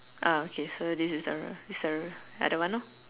ah okay so this is the this the other one lor